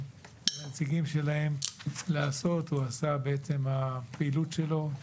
ולנציגים שלהם לעשות הוא עשה בעצם הפעולה שלו.